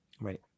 Right